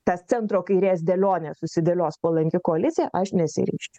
tas centro kairės dėlionė susidėlios palanki koalicija aš nesiryžčiau